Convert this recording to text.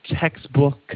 textbook